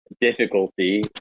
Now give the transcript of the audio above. difficulty